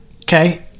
okay